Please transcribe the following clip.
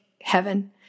heaven